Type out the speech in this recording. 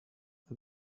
but